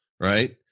right